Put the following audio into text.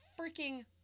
freaking